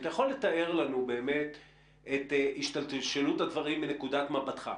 האם אתה יכול לתאר לנו את השתלשלות הדברים מנקודת מבטך?